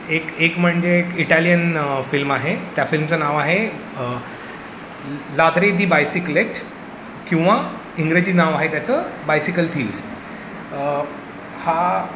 एक एक म्हणजे इटालियन फिल्म आहे त्या फिल्मचं नाव आहे लाद्री दी बायसिकलेट किंवा इंग्रजी नाव आहे त्याचं बायसिकल थीव्स हा हा